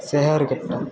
શહેર કરતાં